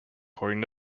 according